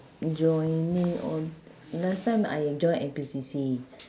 joining all last time I join N_P_C_C